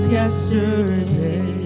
yesterday